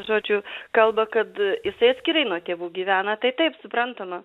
žodžiu kalba kad jisai atskirai nuo tėvų gyvena tai taip suprantama